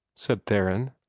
said theron.